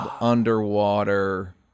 underwater